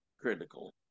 critical